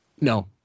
No